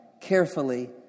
carefully